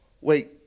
wait